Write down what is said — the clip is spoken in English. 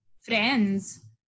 friends